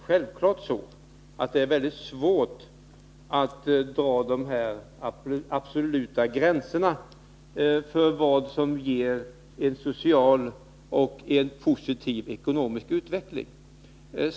Herr talman! Det är självfallet väldigt svårt att dra de absoluta gränserna för vad som ger en social och positiv ekonomisk utveckling.